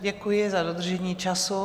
Děkuji za dodržení času.